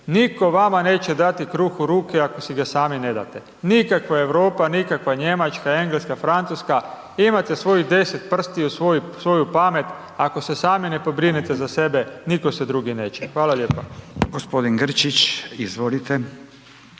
nitko vama neće dati kruh u ruke ako si ga sami ne date. Nikakva Europa, nikakva Njemačka, Engleska, Francuska, imate svojih 10 prstiju, svoju pamet, ako se sami ne pobrinete za sebe, nitko se drugi neće. Hvala lijepa.